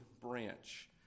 branch